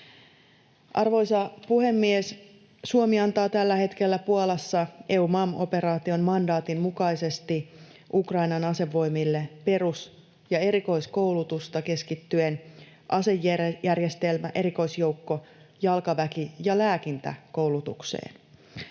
Arvoisa puhemies! Suomi antaa tällä hetkellä Puolassa EUMAM‑operaation mandaatin mukaisesti Ukrainan asevoimille perus‑ ja erikoiskoulutusta keskittyen asejärjestelmä‑, erikoisjoukko‑, jalkaväki‑ ja lääkintäkoulutukseen.